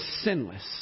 sinless